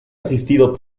asistido